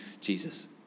Jesus